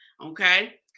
Okay